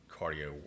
cardio